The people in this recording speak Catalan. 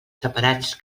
separats